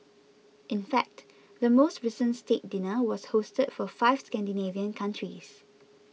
in fact the most recent state dinner was hosted for five Scandinavian countries